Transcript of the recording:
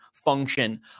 function